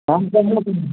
हमसब नहि आयब कभी